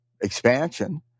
expansion